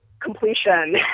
Completion